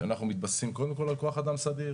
שאנחנו מתבססים קודם כול על כוח אדם סדיר.